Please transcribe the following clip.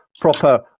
proper